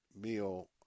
meal